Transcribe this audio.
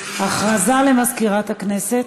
הודעה למזכירת הכנסת.